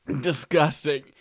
disgusting